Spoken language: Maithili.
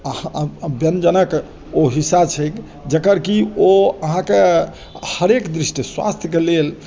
आ व्यञ्जनक ओ हिस्सा छै जेकर कि ओ अहाँकेँ हरेक दृष्टिसँ स्वास्थ्यके लेल